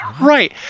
Right